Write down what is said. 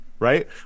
Right